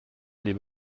les